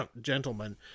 gentlemen